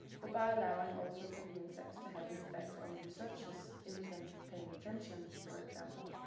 but by allowing also for the insects to have an effect on the researchers in the sense of paying attention, for example,